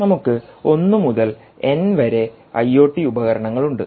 നമുക്ക് 1 മുതൽ n വരെ ഐഒടി ഉപകരണങ്ങൾ ഉണ്ട്